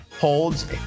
holds